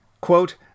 Quote